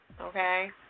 Okay